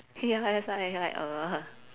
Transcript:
ya lah that's why like uh